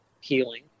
healing